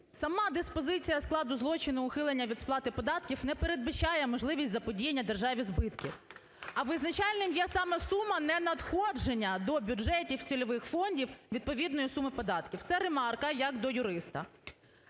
Сама диспозиція складу злочину ухилення від сплати податків не передбачає можливість заподіяння державі збитків, а визначальною є саме сума ненадходження до бюджетів цільових фондів відповідної суми податків – це ремарка я до юриста.